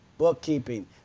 bookkeeping